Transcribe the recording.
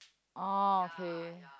orh okay